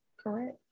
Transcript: correct